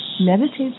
Meditate